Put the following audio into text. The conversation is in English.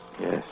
Yes